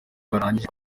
barangije